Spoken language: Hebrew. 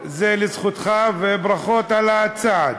וזה לזכותך, וברכות על הצעד.